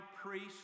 priest